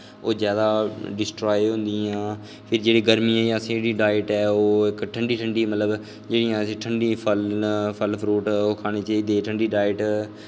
ओह् जैदा डिस्टराय होंदियां फिर जेह्ड़ी गर्मियें च जेह्ड़ी डाईट ऐ ओह् ठंडी ठंडी मतलब जेह्ड़े असें ठंडै फल फ्रूट खाने चाहिदे ठंडी डाईट